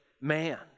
man